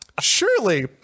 surely